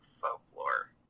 folklore